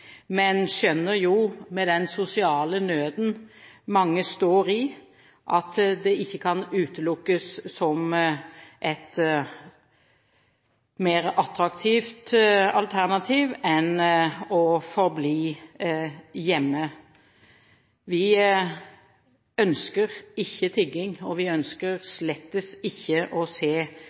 men skjønner – med den sosiale nøden mange står i – at det ikke kan utelukkes som et mer attraktivt alternativ enn å forbli hjemme. Vi ønsker ikke tigging, og vi ønsker slettes ikke å se